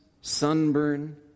sunburn